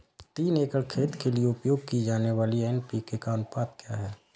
तीन एकड़ खेत के लिए उपयोग की जाने वाली एन.पी.के का अनुपात क्या है?